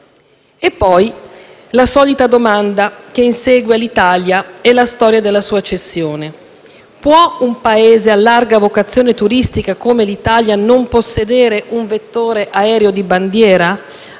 poi la solita domanda, che insegue l'Alitalia e la storia della sua cessione: può un Paese a larga vocazione turistica come l'Italia non possedere un vettore aereo di bandiera?